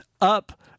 up